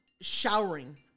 showering